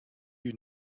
you